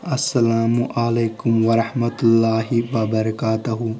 السلام علیکم ورحمتہ اللہ وبرکاتہُ